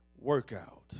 workout